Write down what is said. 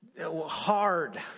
hard